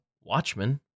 Watchmen